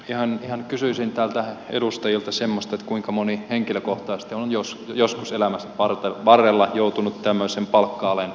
ihan kysyisin täältä edustajilta semmoista kuinka moni henkilökohtaisesti on joskus elämänsä varrella joutunut tämmöisen palkka alen eteen